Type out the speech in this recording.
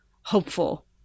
hopeful